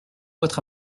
votre